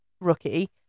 Rookie